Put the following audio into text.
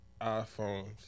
iphones